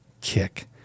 kick